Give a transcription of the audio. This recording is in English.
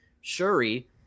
shuri